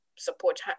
support